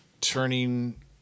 turning